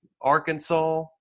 Arkansas